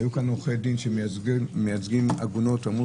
היו כאן עורכי דין שמייצגים עגונות ואמרו